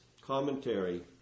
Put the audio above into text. commentary